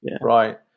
right